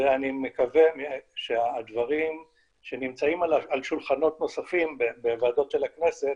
ואני מקווה שהדברים שנמצאים על שולחנות נוספים בוועדות של הכנסת